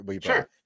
Sure